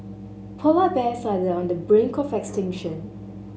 polar bears are the on the brink of extinction